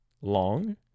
long